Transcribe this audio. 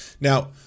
now